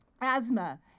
asthma